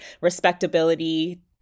respectability